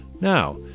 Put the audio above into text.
Now